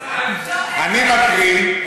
אני מקריא.